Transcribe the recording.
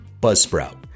Buzzsprout